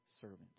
servant